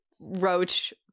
roach